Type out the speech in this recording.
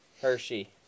Hershey